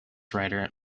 writer